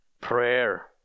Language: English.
prayer